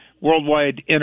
Worldwide